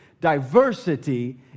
diversity